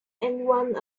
one